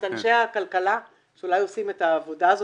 אנשי הכלכלה שאולי עושים את העבודה הזאת,